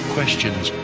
Questions